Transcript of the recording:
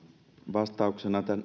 vastauksena